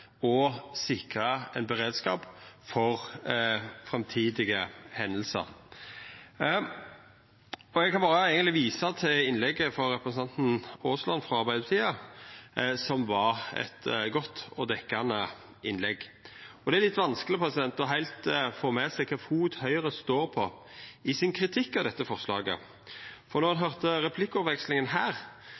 og sikra ein beredskap for framtidige hendingar. Eg kan eigentleg berre visa til innlegget frå representanten Aasland frå Arbeidarpartiet, som var eit godt og dekkjande innlegg. Det er litt vanskeleg heilt å få med seg kva fot Høgre står på i kritikken av dette forslaget. Når ein høyrde replikkordvekslinga her,